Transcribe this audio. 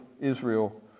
Israel